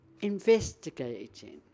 investigating